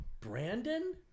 Brandon